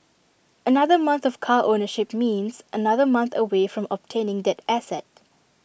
another month of car ownership means another month away from obtaining that asset